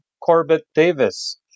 Corbett-Davis